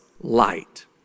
light